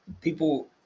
people